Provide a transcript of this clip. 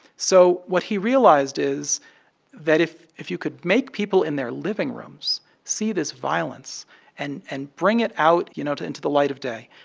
so what he realized is that if if you could make people in their living rooms see this violence and and bring it out, you know, to into the light of day,